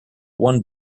one